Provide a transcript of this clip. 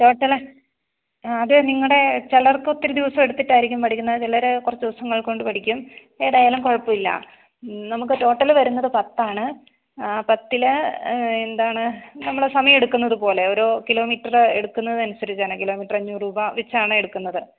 total അത് നിങ്ങളുടെ ചിലർക്ക് ഒത്തിരി ദിവസമെടുത്തിട്ടായിരിക്കും പഠിക്കുന്നത് ചിലർ കുറച്ച് ദിവസങ്ങൾ കൊണ്ട് പഠിക്കും ഏതായാലും കുഴപ്പമില്ല നമുക്ക് ടോട്ടൽ വരുന്നത് പത്താണ് പത്തിൽ എന്താണ് നമ്മൾ സമയമെടുക്കുന്നത് പോലെ ഓരോ കിലോമീറ്റർ എടുക്കുന്നത് അനുസരിച്ചാണ് കിലോമീറ്ററിന് അഞ്ഞൂറ് രൂപ വെച്ചാണ് എടുക്കുന്നത്